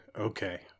okay